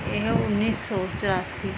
ਇਹ ਉੱਨੀ ਸੌ ਚੁਰਾਸੀ